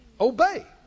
obey